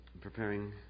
preparing